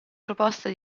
proposte